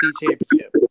championship